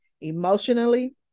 emotionally